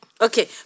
Okay